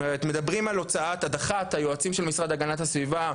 זאת אומרת מדברים על הדחת היועצים של המשרד להגנת הסביבה,